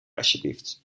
alsjeblieft